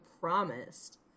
promised